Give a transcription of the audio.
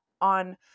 on